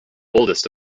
oldest